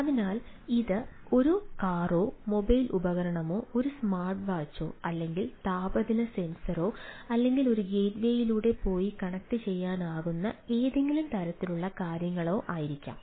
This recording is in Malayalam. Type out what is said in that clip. അതിനാൽ ഇത് ഒരു കാറോ മൊബൈൽ ഉപകരണമോ ഒരു സ്മാർട്ട് വാച്ചോ അല്ലെങ്കിൽ താപനില സെൻസറോ അല്ലെങ്കിൽ ഒരു ഗേറ്റ്വേയിലൂടെ പോയി കണക്റ്റുചെയ്യാനാകുന്ന ഏതെങ്കിലും തരത്തിലുള്ള കാര്യങ്ങളാണെങ്കിലും